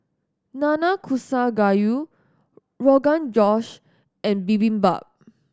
Nanakusa Gayu Rogan Josh and Bibimbap